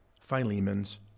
Philemon's